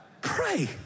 Pray